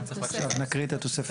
נקריא את התוספת.